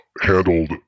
handled